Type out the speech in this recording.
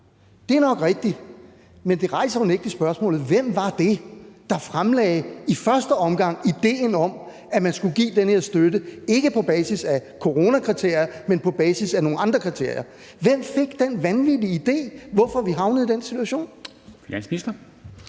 Det er nok rigtigt. Men det rejser unægtelig spørgsmålet: Hvem var det, der i første omgang fremlagde ideen om, at man skulle give den her støtte ikke på basis af coronakriterier, men på basis af nogle andre kriterier? Hvem fik den vanvittige idé? Hvorfor er vi havnet i den situation? Kl.